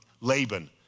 Laban